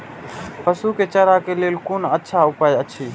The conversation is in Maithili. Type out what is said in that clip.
पशु के चारा के लेल कोन अच्छा उपाय अछि?